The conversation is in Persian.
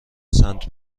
سنت